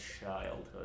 childhood